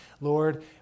Lord